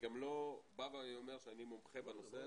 אני גם לא בא ואומר שאני מומחה בנושא הזה,